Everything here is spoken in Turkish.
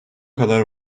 kadar